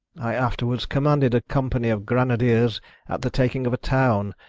i afterwards commanded a company of granadiers, at the taking of a town,